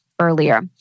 earlier